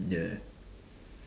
yeah